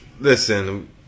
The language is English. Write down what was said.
Listen